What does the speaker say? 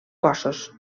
cossos